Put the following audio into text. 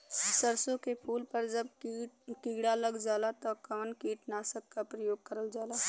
सरसो के फूल पर जब किड़ा लग जाला त कवन कीटनाशक क प्रयोग करल जाला?